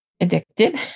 addicted